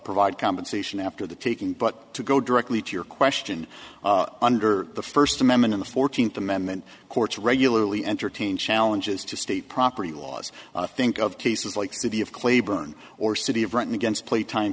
provide compensation after the taking but to go directly to your question under the first amendment in the fourteenth amendment courts regularly entertain challenges to state property laws think of cases like the of claiborne or city of written against play time